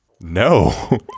No